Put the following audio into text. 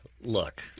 look